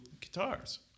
guitars